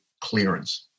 clearance